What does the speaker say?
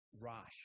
Rosh